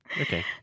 Okay